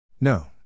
No